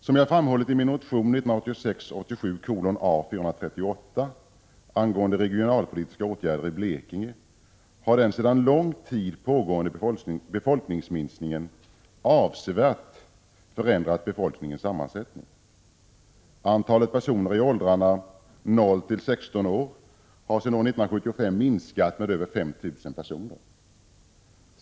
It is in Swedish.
Som jag framhållit i min motion 1986/87:A438 angående regionalpolitiska åtgärder i Blekinge har den sedan lång tid pågående befolkningsminskningen avsevärt förändrat befolkningens sammansättning. Antalet personer i åldrarna 0-16 år har sedan år 1975 minskat med över 5 000 personer.